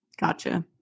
Gotcha